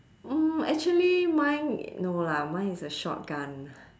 mm actually mine no lah mine is a shotgun